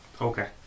Okay